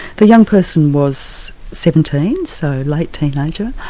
the young person was seventeen, so late teenager.